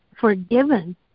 forgiven